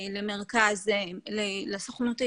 לסוכנות היהודית,